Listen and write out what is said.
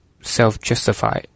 self-justify